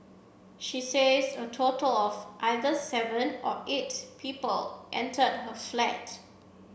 she says a total of either seven or eight people entered her flat